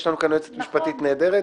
יש לנו כאן יועצת משפטית נהדרת